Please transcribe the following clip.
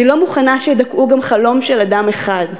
אני לא מוכנה שידכאו גם חלום של אדם אחד.